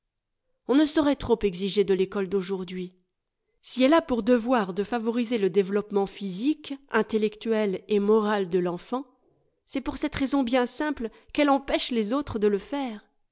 on ne saurait trop exiger de l'ecole d'aujourd'hui si elle a pour devoir de favoriser le développement physique intellectuel et moral de l'enfant c'est pour cette raison bien simple qu'elle empêche les autres de le faire